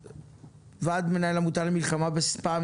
ועד מנהל העמותה למלחמה בספאם,